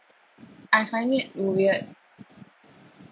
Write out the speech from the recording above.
I find it weird